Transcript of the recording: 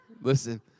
Listen